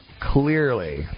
clearly